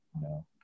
No